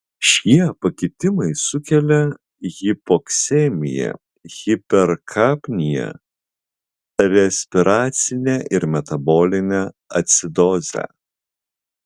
šie pakitimai sukelia hipoksemiją hiperkapniją respiracinę ir metabolinę acidozę